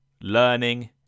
learning